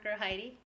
Heidi